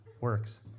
works